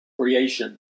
creation